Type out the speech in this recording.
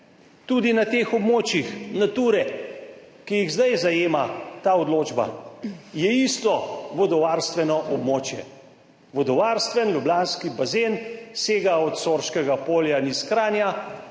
tudi na teh območjih Nature, ki jih zdaj zajema ta odločba, je isto vodovarstveno območje. Vodovarstven ljubljanski bazen sega od Sorškega polja iz Kranja,